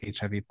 HIV